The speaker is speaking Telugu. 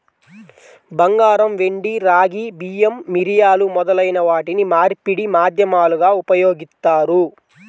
బంగారం, వెండి, రాగి, బియ్యం, మిరియాలు మొదలైన వాటిని మార్పిడి మాధ్యమాలుగా ఉపయోగిత్తారు